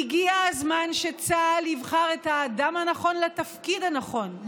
הגיע הזמן שצה"ל יבחר את האדם הנכון לתפקיד הנכון,